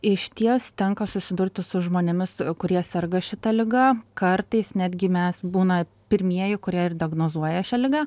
išties tenka susidurti su žmonėmis kurie serga šita liga kartais netgi mes būna pirmieji kurie ir diagnozuoja šią ligą